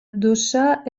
душа